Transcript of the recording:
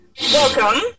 welcome